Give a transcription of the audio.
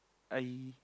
I